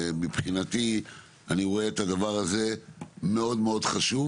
מבחינתי אני רואה את הדבר הזה מאוד מאוד חשוב